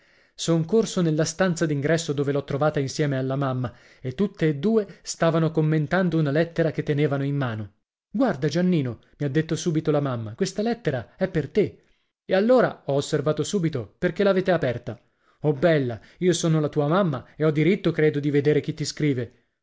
insolito son corso nella stanza d'ingresso dove l'ho trovata insieme alla mamma e tutte e due stavano commentando una lettera che tenevano in mano guarda giannino mi ha detto subito la mamma questa lettera è per te e allora ho osservato subito perché l'avete aperta oh bella io sono la tua mamma e ho diritto credo di vedere chi ti scrive